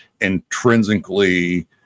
intrinsically